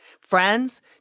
Friends